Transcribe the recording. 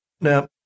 Now